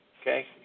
Okay